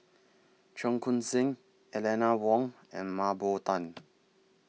Cheong Koon Seng Eleanor Wong and Mah Bow Tan